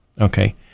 okay